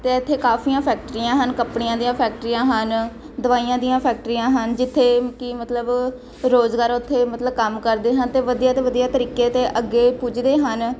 ਅਤੇ ਇੱਥੇ ਕਾਫੀਆਂ ਫੈਕਟਰੀਆਂ ਹਨ ਕੱਪੜਿਆਂ ਦੀਆਂ ਫੈਕਟਰੀਆਂ ਹਨ ਦਵਾਈਆਂ ਦੀਆਂ ਫੈਕਟਰੀਆਂ ਹਨ ਜਿੱਥੇ ਕਿ ਮਤਲਬ ਰੁਜ਼ਗਾਰ ਉੱਥੇ ਮਤਲਬ ਕੰਮ ਕਰਦੇ ਹਨ ਅਤੇ ਵਧੀਆ ਤੋਂ ਵਧੀਆ ਤਰੀਕੇ 'ਤੇ ਅੱਗੇ ਪੁੱਜਦੇ ਹਨ